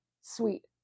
sweet